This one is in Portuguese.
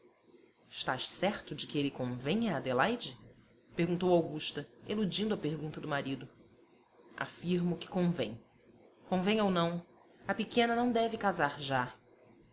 estás certo de que ele convenha a adelaide perguntou augusta eludindo a pergunta do marido afirmo que convém convenha ou não a pequena não deve casar já